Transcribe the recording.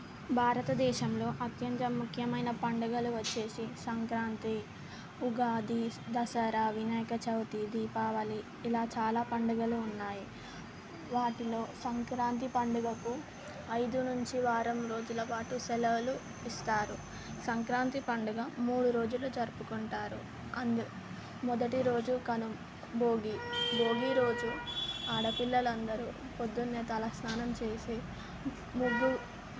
భారతదేశంలో అత్యంత ముఖ్యమైన పండగలు వచ్చేసి సంక్రాంతి ఉగాది దసరా వినాయక చవితి దీపావళి ఇలా చాలా పండగలు ఉన్నాయి వాటిలో సంక్రాంతి పండగకు ఐదు నుంచి వారం రోజులపాటు సెలవులు ఇస్తారు సంక్రాంతి పండగ మూడు రోజులు జరుపుకుంటారు అందు మొదటి రోజు కనుమ భోగి భోగీ రోజు ఆడపిల్లలు అందరూ ప్రొద్దున్నే తల స్నానం చేసి ముగ్గు